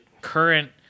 current